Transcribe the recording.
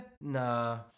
nah